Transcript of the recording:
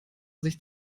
sich